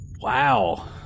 Wow